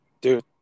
Dude